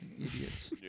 Idiots